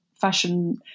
fashion